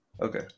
Okay